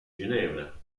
ginevra